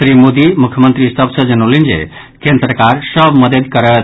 श्री मोदी मुख्यमंत्री सभ सँ जनौलनि जे केन्द्र सरकार सभ मददि करत